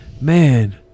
man